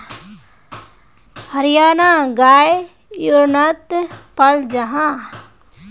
हरयाना गाय हर्यानात पाल जाहा